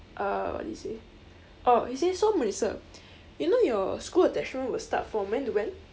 uh what did he say oh he say so melissa you know your school attachment will start from when to when